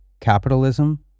capitalism